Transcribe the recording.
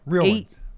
eight